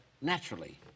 naturally